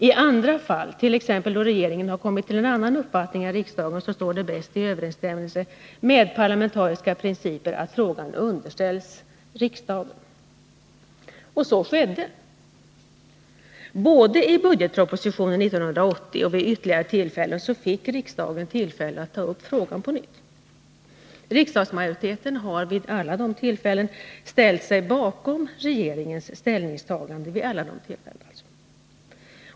I andra fall, t.ex. då regeringen har kommit till en annan uppfattning än riksdagen står det bäst i överenstämmelse med parlamentariska principer att frågan underställs riksdagen.” Så skedde också. Både i budgetpropositionen 1980 och vid ytterligare tillfällen fick riksdagen möjlighet att ta upp frågan på nytt. Riksdagsmajoriteten har vid alla de tillfällena ställt sig bakom regeringens ställningstagande.